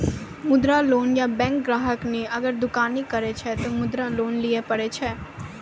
मुद्रा लोन ये बैंक ग्राहक ने अगर दुकानी करे छै ते मुद्रा लोन लिए पारे छेयै?